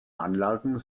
anlagen